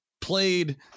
played